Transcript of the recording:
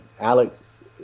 Alex